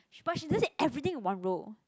sh~ but she does it everything in one row